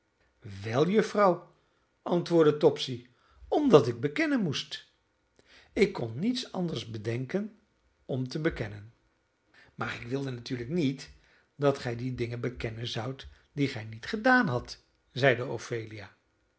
wel juffrouw antwoordde topsy omdat ik bekennen moest en ik kon niets anders bedenken om te bekennen maar ik wilde natuurlijk niet dat gij die dingen bekennen zoudt die gij niet gedaan hadt zeide